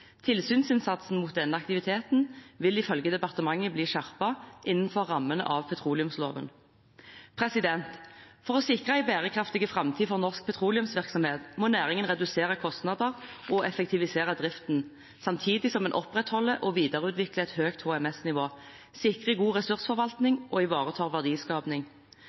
Tilsynsinnsatsen mot denne aktiviteten vil ifølge departementet bli skjerpet, innenfor rammen av petroleumsloven. For å sikre en bærekraftig framtid for norsk petroleumsvirksomhet må næringen redusere kostnader og effektivisere driften, samtidig som en opprettholder og videreutvikler et høyt HMS-nivå, sikrer god ressursforvaltning og ivaretar